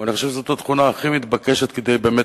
אבל אני חושב שזו התכונה הכי מתבקשת כדי באמת